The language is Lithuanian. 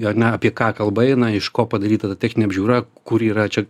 ar ne apie ką kalba eina iš ko padaryta ta techninė apžiūra kur yra čia